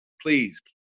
please